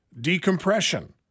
decompression